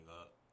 up